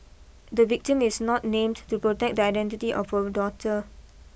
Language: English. the victim is not named to protect the identity of her daughter